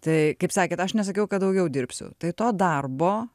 tai kaip sakėt aš nesakiau kad daugiau dirbsiu tai to darbo